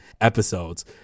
episodes